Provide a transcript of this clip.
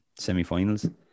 semifinals